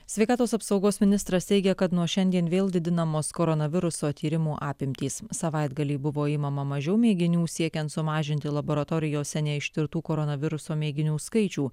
sveikatos apsaugos ministras teigia kad nuo šiandien vėl didinamos koronaviruso tyrimų apimtys savaitgalį buvo imama mažiau mėginių siekiant sumažinti laboratorijose neištirtų koronaviruso mėginių skaičių